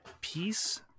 Peace